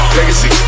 Legacy